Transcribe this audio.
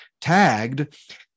tagged